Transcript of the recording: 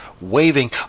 waving